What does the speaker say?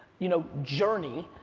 you know, journey,